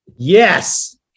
Yes